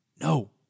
no